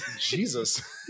Jesus